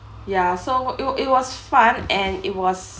ya so it it was fun and it was